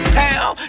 town